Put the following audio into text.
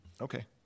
Okay